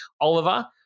Oliver